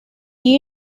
you